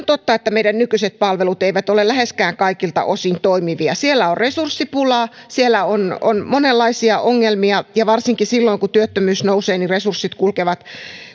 totta että meidän nykyiset palvelumme eivät ole läheskään kaikilta osin toimivia siellä on resurssipulaa siellä on on monenlaisia ongelmia ja varsinkin silloin kun työttömyys nousee resurssit kulkevat